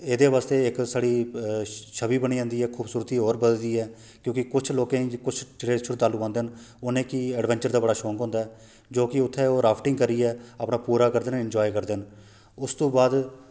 एह्दे बास्तै इक साढ़ी इक छवि बनी जंदी ऐ खूबसूरती होर बधदी ऐ क्योंकि कुछ लोकें गी कुछ जेह्ड़े शरधालू आंदे ना उनेंगी एडबेंचर दा बड़ा शौक होंदा ऐ जो कि उत्थै ओह् राफ्टिंग करियै अपना पूरा करदे न एनजाॅय करदे न उस तू बाद